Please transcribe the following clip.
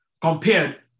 compared